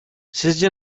sizce